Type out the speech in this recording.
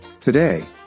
Today